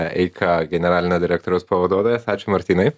eika generalinio direktoriaus pavaduotojas ačiū martynai